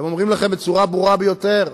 הם אומרים לכם בצורה ברורה ביותר: